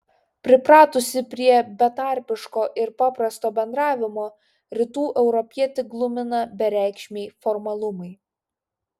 pripratusį prie betarpiško ir paprasto bendravimo rytų europietį glumina bereikšmiai formalumai